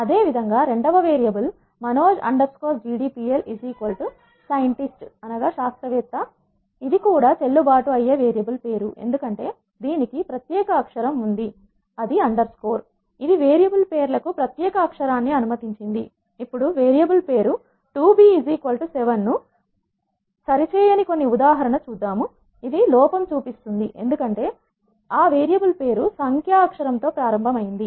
అదేవిధంగా రెండవ variable Manoj GDPL శాస్త్రవేత్త Manoj GDPLscientist ఇది కూడా చెల్లు బాటు అయ్యే వేరియబుల్ పేరు ఎందుకంటే దీనికి ప్రత్యేక అక్షరం ఉంది అయితే అది అండర్ స్కోర్ ఇది వేరియబుల్ పేర్లకు ప్రత్యేక అక్షరాన్ని అనుమతించింది ఇప్పుడు వేరియబుల్ పేరు 2b7 ను సరి చేయని కొన్ని ఉదాహరణ లు చూద్దాం ఇది లోపం ఇస్తుంది ఎందుకంటే ఆ వేరియబుల్ పేరు సంఖ్య అక్షరం తో ప్రారంభమైంది